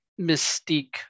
mystique